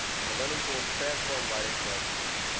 and the learning tools transformed writing for our pupils.